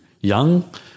young